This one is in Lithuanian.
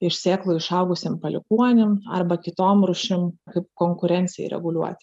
iš sėklų išauguseam palikuoniam arba kitom rūšim kaip konkurencijai reguliuoti